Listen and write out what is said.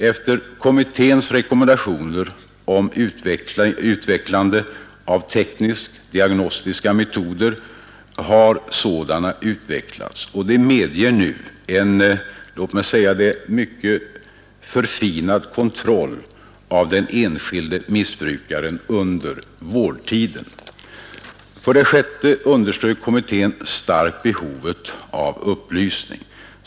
Efter kommitténs rekommendationer om utvecklande av teknisktdiagnostiska metoder har sådana utvecklats, och de medger nu en mycket förfinad kontroll av den enskilde missbrukaren under vårdtiden. 6. Kommittén underströk starkt behovet av upplysning.